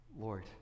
lord